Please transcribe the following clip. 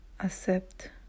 accept